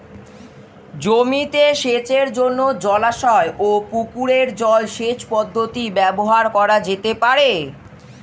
জমিতে সেচের জন্য জলাশয় ও পুকুরের জল সেচ পদ্ধতি ব্যবহার করা যেতে পারে?